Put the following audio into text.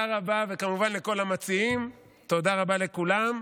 וכמובן, לכל המציעים, תודה רבה לכולם.